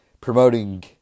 promoting